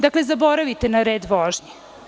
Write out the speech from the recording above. Dakle, zaboravite na red vožnje.